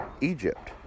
Egypt